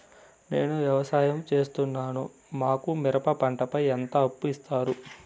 నేను వ్యవసాయం సేస్తున్నాను, మాకు మిరప పంటపై ఎంత అప్పు ఇస్తారు